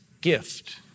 gift